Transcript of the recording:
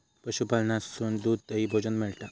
पशूपालनासून दूध, दही, भोजन मिळता